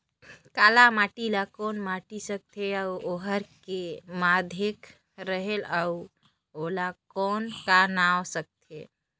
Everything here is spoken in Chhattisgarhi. काला माटी ला कौन माटी सकथे अउ ओहार के माधेक रेहेल अउ ओला कौन का नाव सकथे?